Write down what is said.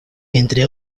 entre